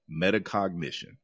metacognition